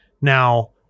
Now